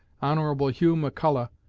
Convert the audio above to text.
hon. hugh mcculloch,